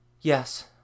yes